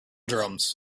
drums